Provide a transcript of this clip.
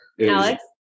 Alex